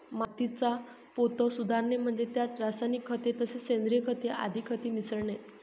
मातीचा पोत सुधारणे म्हणजे त्यात रासायनिक खते तसेच सेंद्रिय खते आदी खते मिसळणे